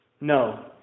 No